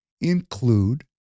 include